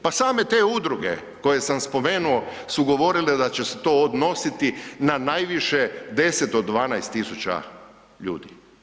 Pa same te udruge koje sam spomenuo su govorile da će se to odnositi na najviše 10 do 12 tisuća ljudi.